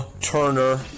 Turner